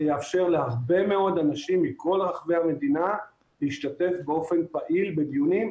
זה יאפשר להרבה מאוד אנשים מכל רחבי המדינה להשתתף באופן פעיל בדיונים,